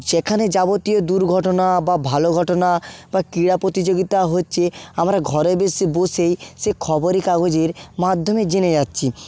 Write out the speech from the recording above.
যেখানে যাবতীয় দুর্ঘটনা বা ভালো ঘটনা বা ক্রীড়া প্রতিযোগিতা হচ্ছে আমরা ঘরে বসে বসেই সে খবরে কাগজের মাধ্যমে জেনে যাচ্ছি